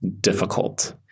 difficult